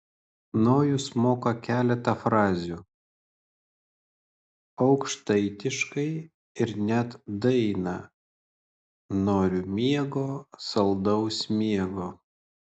nojus moka keletą frazių aukštaitiškai ir net dainą noriu miego saldaus miego